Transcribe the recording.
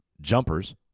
jumpers